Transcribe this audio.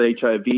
HIV